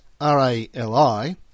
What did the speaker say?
RALI